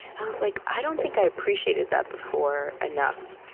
i was like, i don't think i appreciated that before, enough,